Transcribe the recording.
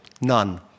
none